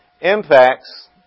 impacts